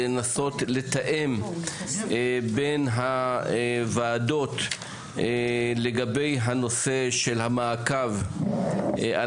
זה לנסות לתאם בין הוועדות לגבי הנושא של המעקב על